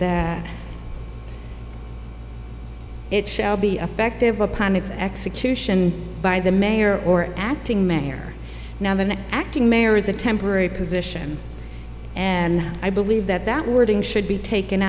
that it shall be affective upon its execution by the mayor or acting mayor now the acting mayor is a temporary position and i believe that that wording should be taken